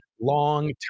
long